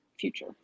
future